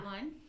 one